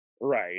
Right